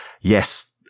Yes